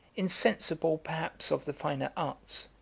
insensible perhaps of the finer arts,